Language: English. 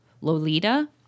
Lolita